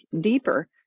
deeper